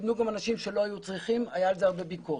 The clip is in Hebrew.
קיבלו גם אנשים שלא היו צריכים והייתה על זה הרבה ביקורת.